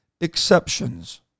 exceptions